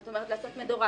זאת אומרת, לעשות מדורג.